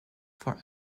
for